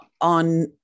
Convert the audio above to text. on